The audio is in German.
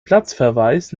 platzverweis